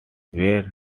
were